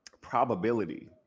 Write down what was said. probability